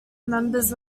members